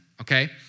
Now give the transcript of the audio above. okay